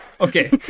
Okay